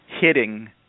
hitting